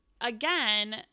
again